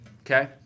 Okay